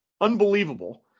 unbelievable